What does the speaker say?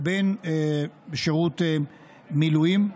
ובין שירות מילואים.